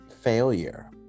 failure